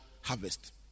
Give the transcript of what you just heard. harvest